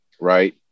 right